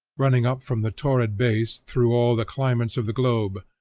running up from the torrid base through all the climates of the globe,